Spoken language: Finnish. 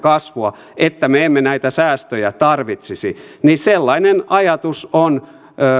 kasvua että me emme näitä säästöjä tarvitsisi sellainen ajatus on